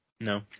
No